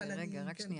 רגע, רק שנייה.